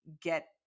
get